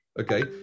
Okay